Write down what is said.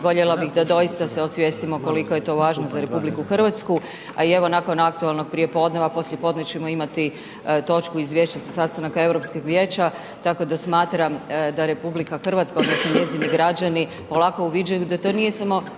voljela bi da doista se osvijestimo koliko je to važno za RH a i evo nakon aktualnog prijepodneva, poslijepodne ćemo imati točku izvješće sa sastanaka Europskog Vijeća tako da smatram da RH odnosno njezini građani polako uviđaju da to nije samo